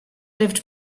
lived